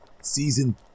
Season